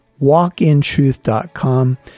walkintruth.com